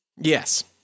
Yes